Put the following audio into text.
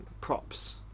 props